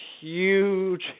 huge